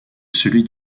celui